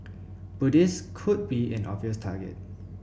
Buddhists could be an obvious target